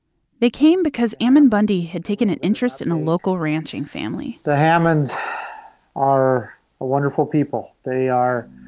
they came because ammon bundy had taken an interest in a local ranching family the hammonds are wonderful people. they are